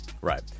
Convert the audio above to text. Right